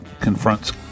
confronts